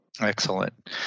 Excellent